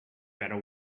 better